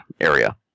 area